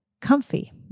comfy